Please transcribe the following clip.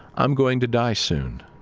i'm going to die soon,